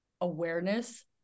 awareness